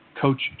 coach